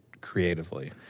creatively